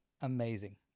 Amazing